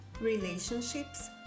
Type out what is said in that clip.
relationships